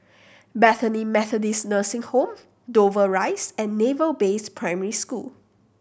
Bethany Methodist Nursing Home Dover Rise and Naval Base Primary School